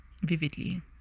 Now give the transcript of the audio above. vividly